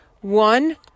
One